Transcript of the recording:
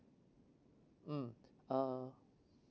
mm uh